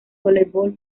voleibol